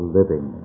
living